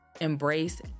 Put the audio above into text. embrace